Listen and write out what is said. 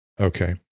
Okay